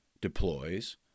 deploys